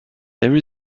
there